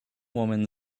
woman